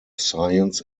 science